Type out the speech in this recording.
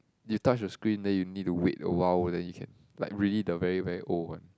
you touch the screen then you need to wait awhile then you can like really the very very old one